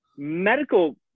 medical